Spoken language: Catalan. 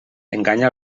enganya